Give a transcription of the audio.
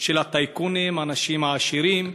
של הטייקונים, האנשים העשירים.